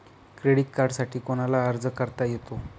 Credit कार्डसाठी कोणाला अर्ज करता येतो?